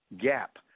gap